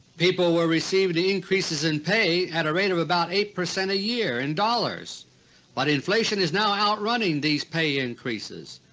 people were receiving increases in pay at a rate of about eight percent a year in dollars but inflation is now outrunning these pay increases.